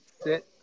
sit